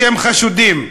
אתם חשודים.